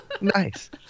Nice